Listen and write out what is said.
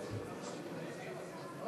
קסניה סבטלובה,